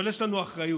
אבל יש לנו אחריות,